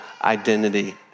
identity